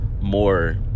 more